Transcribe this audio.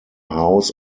house